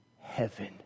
heaven